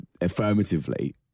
affirmatively